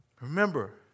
Remember